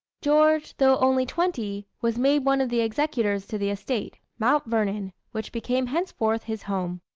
george, though only twenty, was made one of the executors to the estate, mount vernon, which became henceforth his home.